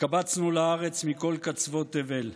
התקבצנו לארץ מכל קצוות תבל,